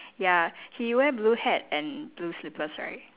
ya he wear blue hat and blue slippers right